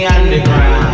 underground